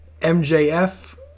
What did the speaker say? MJF